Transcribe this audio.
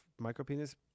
micropenis